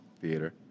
Theater